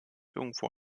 irgendwo